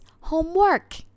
homework